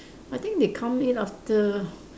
I think they come in after